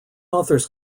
authors